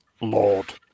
Lord